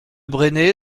bresnay